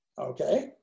okay